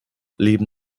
leben